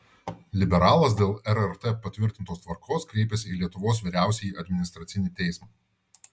liberalas dėl rrt patvirtintos tvarkos kreipėsi į lietuvos vyriausiąjį administracinį teismą